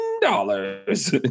dollars